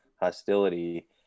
hostility